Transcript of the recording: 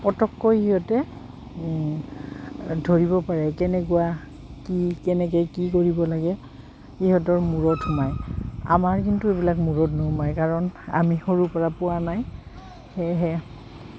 পতককৈ সিহঁতে ধৰিব পাৰে কেনেকুৱা কি কেনেকে কি কৰিব লাগে সিহঁতৰ মূৰত সোমায় আমাৰ কিন্তু এইবিলাক মূৰত নোসোমায় কাৰণ আমি সৰুৰ পৰা পোৱা নাই সেয়েহে